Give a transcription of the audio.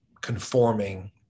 conforming